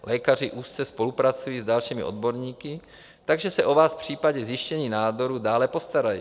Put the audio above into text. Lékaři úzce spolupracují s dalšími odborníky, takže se o vás v případě zjištění nádoru dále postarají.